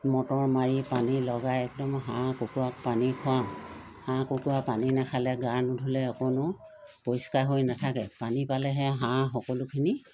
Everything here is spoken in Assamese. মটৰ মাৰি পানী লগাই একদম হাঁহ কুকুৰাক পানী খুৱাওঁ হাঁহ কুকুৰা পানী নাখালে গা নুধুলে অকণো পৰিষ্কাৰ হৈ নাথাকে পানী পালেহে হাঁহ সকলোখিনি